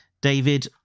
David